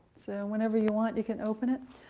so whenever you want, you can open it,